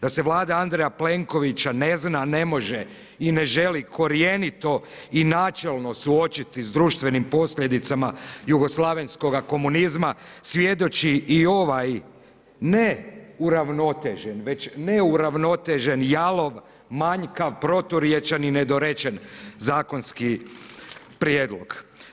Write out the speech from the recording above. Da se Vlada Andreja Plenkovića ne zna, ne može i ne želi korjenito i načelno suočiti s društvenim posljedicama jugoslavenskoga komunizma svjedoči i ovaj ne uravnotežen, već ne uravnotežen, jalov, manjkav, proturječan i nedorečen zakonski prijedlog.